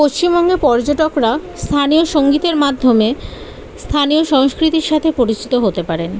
পশ্চিমবঙ্গের পর্যটকরা স্থানীয় সঙ্গীতের মাধ্যমে স্থানীয় সংস্কৃতির সাথে পরিচিত হতে পারেন